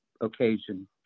occasion